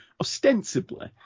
ostensibly